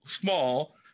small